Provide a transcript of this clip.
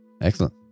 Excellent